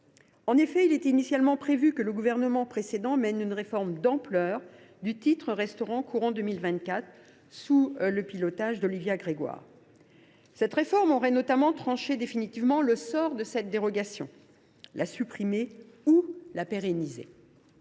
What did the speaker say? En effet, il était initialement prévu que le gouvernement précédent mène une réforme d’ampleur du titre restaurant dans le courant 2024, sous le pilotage d’Olivia Grégoire. Cette réforme aurait notamment tranché définitivement le sort de cette dérogation : la supprimer ou la pérenniser